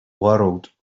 world